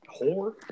Whore